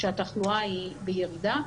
כשהתחלואה בירידה.